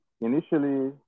initially